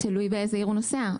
תלוי באיזה עיר הוא נוסע.